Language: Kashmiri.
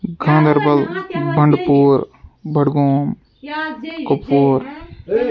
گانٛدَربَل بَنڈٕپوٗر بَڈگوم کۄپوور